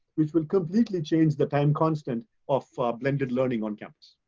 which will completely change the time constant of ah blended learning on campus.